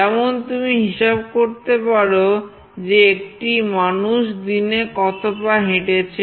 যেমন তুমি হিসাব করতে পারো যে একটি মানুষ দিনে কত পা হেঁটেছেন